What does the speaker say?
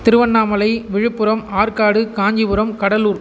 Tiruvannamalai Viluppuram Arcot Kanchipuram Cuddalore